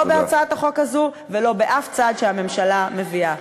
לא בהצעת החוק הזו ולא באף צעד שהממשלה מביאה.